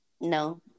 No